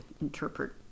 interpret